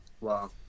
Wow